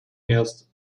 erst